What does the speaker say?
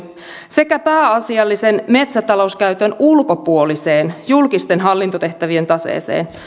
sekä pääasiallisen metsätalouskäytön ulkopuoliseen julkisten hallintotehtävien taseeseen